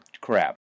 crap